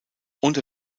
unter